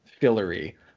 fillery